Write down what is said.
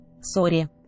sorry